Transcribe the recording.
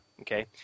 Okay